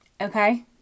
okay